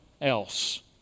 else